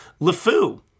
LeFou